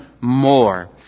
more